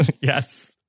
yes